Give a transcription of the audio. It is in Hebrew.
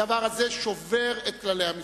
הדבר הזה שובר את כללי המשחק.